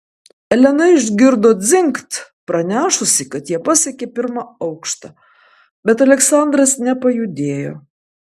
elena išgirdo dzingt pranešusį kad jie pasiekė pirmą aukštą bet aleksandras nepajudėjo